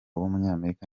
w’umunyamerika